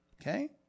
Okay